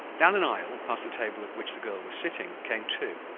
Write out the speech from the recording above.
down an aisle, past the table at which the girl was sitting, came two,